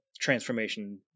transformation